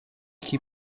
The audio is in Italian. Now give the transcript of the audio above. chi